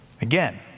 Again